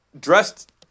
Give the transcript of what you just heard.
dressed